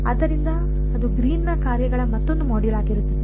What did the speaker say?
ಆದ್ದರಿಂದ ಅದು ಗ್ರೀನ್ನ ಕಾರ್ಯಗಳ ಮತ್ತೊಂದು ಮಾಡ್ಯೂಲ್ ಆಗಿರುತ್ತದೆ